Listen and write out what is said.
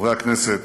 חברי הכנסת,